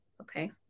okay